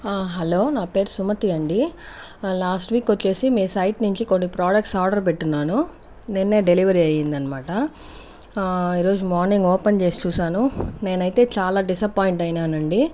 hello నా పేరు సుమతి అండి లాస్ట్ వీక్ వచ్చేసి మీ సైట్ నుంచి కొన్ని ప్రొడక్ట్స్ ఆర్డర్ పెట్టి ఉన్నాను నిన్నే డెలివరీ అయింది అనమాట ఈరోజు మార్నింగ్ ఓపెన్ చేసి చూసాను నేనైతే చాలా డిసప్పాయింట్ అయినానండి